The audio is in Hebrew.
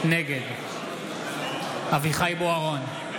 נגד אביחי אברהם בוארון,